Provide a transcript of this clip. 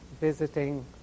visiting